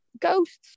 ghosts